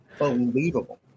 unbelievable